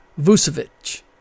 Vucevic